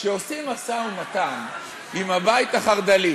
כשעושים משא-ומתן עם הבית החרד"לי